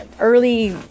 early